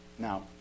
Now